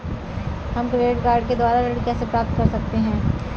हम credit card के द्वारा ऋण कैसे प्राप्त कर सकते हैं?